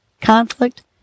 conflict